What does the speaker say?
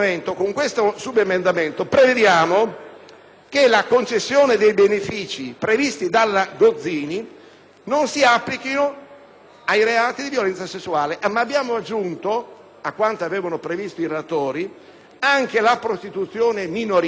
che la concessione dei benefici previsti dalla legge Gozzini non si applichi ai reati di violenza sessuale e abbiamo aggiunto, a quanto previsto dai relatori, anche la prostituzione minorile e la pornografia minorile.